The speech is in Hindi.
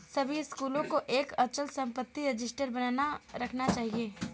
सभी स्कूलों को एक अचल संपत्ति रजिस्टर बनाए रखना चाहिए